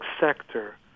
sector